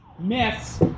myths